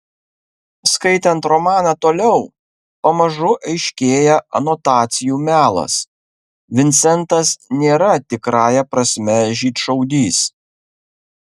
skaitant romaną toliau pamažu aiškėja anotacijų melas vincentas nėra tikrąja prasme žydšaudys